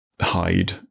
hide